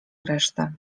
resztę